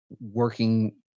working